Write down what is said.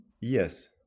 Yes